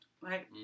Right